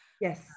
yes